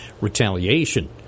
retaliation